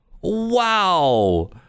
wow